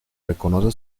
reconoce